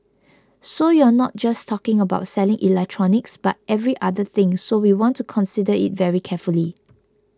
so you're not just talking about selling electronics but every other thing so we want to consider it very carefully